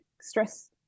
stress